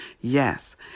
Yes